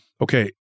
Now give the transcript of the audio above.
okay